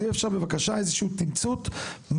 אז אם אפשר בבקשה איזה שהוא תמצות מה